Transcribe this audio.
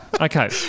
Okay